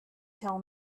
tell